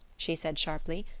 she said sharply.